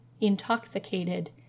intoxicated